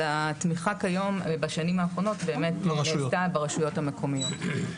אבל התמיכה כיום ובשנים האחרונות באמת נעשתה ברשויות המקומיות.